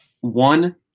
one